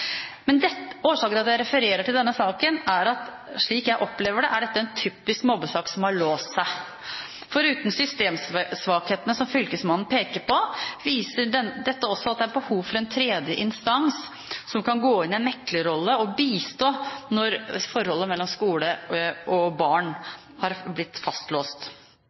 Årsaken til at jeg referer til denne saken, er at slik jeg opplever det, er dette en typisk mobbesak som har låst seg. Foruten systemsvakhetene som fylkesmannen peker på, viser dette også at det er behov for en tredje instans som kan gå inn i en meklerrolle og bistå når forholdet mellom skole og barn har blitt fastlåst.